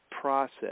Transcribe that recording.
process